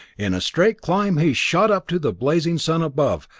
in a straight climb he shot up to the blazing sun above,